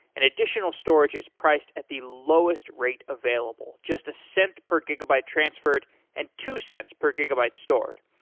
and additional storage is priced at the lowest rate available, just a cent per gigabyte transferred and two cents per gigabyte stored.